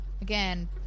again